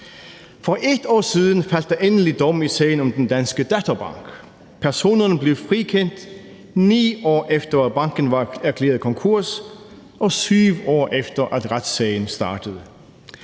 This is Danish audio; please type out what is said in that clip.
For et år siden faldt der endelig dom i sagen om den danske datterbank. Personerne blev frikendt, 9 år efter banken var erklæret konkurs, og 7 år efter retssagen startede.